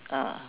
ah